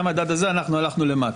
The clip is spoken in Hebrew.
מהמדד הזה אנחנו הלכנו למטה.